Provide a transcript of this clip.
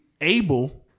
able